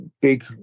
big